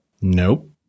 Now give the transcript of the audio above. Nope